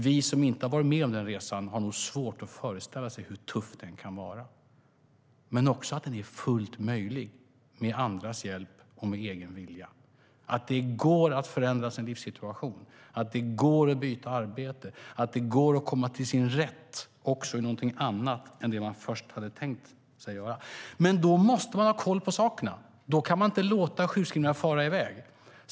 Vi som inte har varit med om den resan har nog svårt att föreställa oss hur tuff den kan vara, men det är fullt möjligt att förändra sin livssituation med andras hjälp och med egen vilja. Det går att byta arbete. Det går att komma till sin rätt också i något annat arbete än det som man först hade tänkt sig. Då måste vi ha koll på sakerna. Då kan vi inte låta sjukskrivningarna fara i väg.